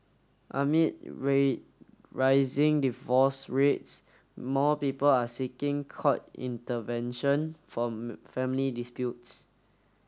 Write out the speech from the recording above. amid rising divorce rates more people are seeking court intervention for family disputes